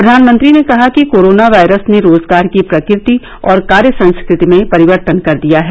प्रधानमंत्री ने कहा कि कोरोना वायरस ने रोजगार की प्रकृति और कार्य संस्कृति में परिवर्तन कर दिया है